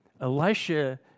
Elisha